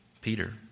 Peter